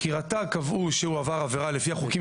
כי רט"ג קבעו שהוא עבר עבירה לפי החוקים